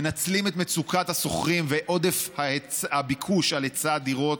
מנצלים את מצוקת השוכרים ואת עודף הביקוש על היצע הדירות,